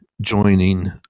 joining